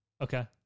Okay